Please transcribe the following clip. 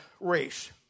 race